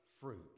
fruit